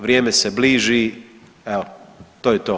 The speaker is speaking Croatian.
Vrijeme se bliži, evo to je to.